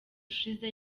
ushize